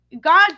God